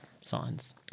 signs